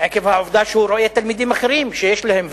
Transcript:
עקב העובדה שהוא רואה תלמידים אחרים שיש להם,